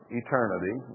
eternity